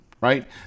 right